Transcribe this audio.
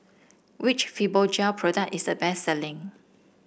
which Fibogel product is the best selling